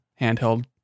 handheld